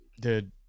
Dude